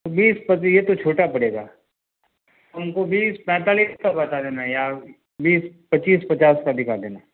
बीस पर तो ये तो छोटा पड़ेगा उनको बीस पैंतालिस का बता देना या बीस पच्चीस पचास का दिखा देना